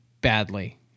badly